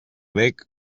bec